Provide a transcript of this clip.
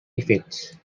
effects